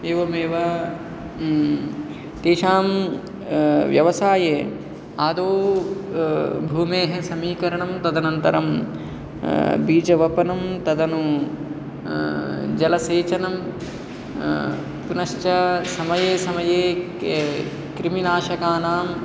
एवमेव एषां व्यवसाये आदौ भूमेः समीकरणं तदन्तरं बीजवपनं तदनु जलसेचनं पुनश्च समये समये क्रीमिनाशकानां